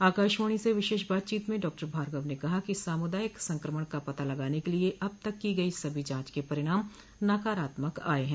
आकाशवाणी से विशेष बातचीत में डॉक्टर भार्गव ने कहा कि सामूदायिक संक्रमण का पता लगाने के लिए अब तक की गई सभी जांच के परिणाम नकारात्मक आए हैं